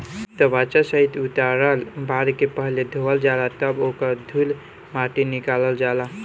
त्वचा सहित उतारल बाल के पहिले धोवल जाला तब ओकर धूल माटी निकालल जाला